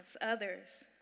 Others